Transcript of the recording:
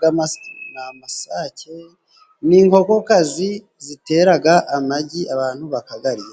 ni amasake, ni inkokokazi zitera amagi abantu bakayarya.